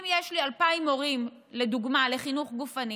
אם יש לי לדוגמה 2,000 מורים לחינוך גופני,